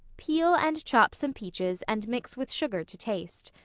peel and chop some peaches and mix with sugar to taste.